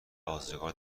ازگار